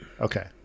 Okay